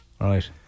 Right